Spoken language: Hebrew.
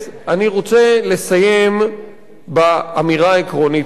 אני רוצה לסיים באמירה העקרונית הבאה: